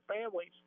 families